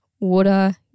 water